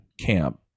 camp